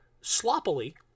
sloppily